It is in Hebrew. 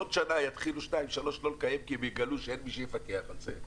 בעוד שנה יתחילו שניים-שלושה לא לקיים כי הם יגלו שאין מי שמפקח על זה.